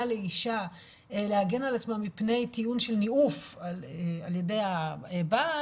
לאישה להגן על עצמה מפני טיעון של ניאוף על ידי הבעל,